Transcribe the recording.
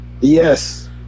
Yes